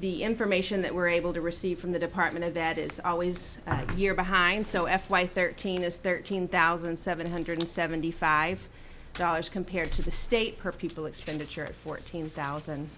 the information that we're able to receive from the department of that is always a year behind so f y thirteen is thirteen thousand seven hundred seventy five dollars compared to the state per people expenditure fourteen thousand